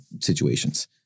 situations